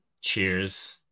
Cheers